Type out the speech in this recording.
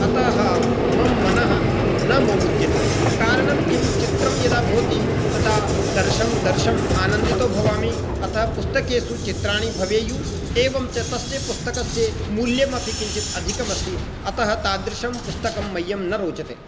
अतः मम मनः न मोमुद्यते कारणं किं चित्रं यदा भवति तदा दर्शं दर्शम् आनन्दितो भवामि अतः पुस्तकेषु चित्राणि भवेयुः एवं च तस्य पुस्तकस्य मूल्यमपि किञ्चित् अधिकम् अस्ति अतः तादृशं पुस्तकं मह्यं न रोचते